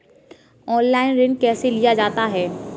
Online ऋण कैसे लिया जाता है?